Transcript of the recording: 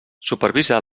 supervisa